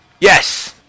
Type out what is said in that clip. Yes